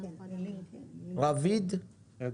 רביד אדרי.